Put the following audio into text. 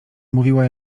mówiła